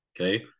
okay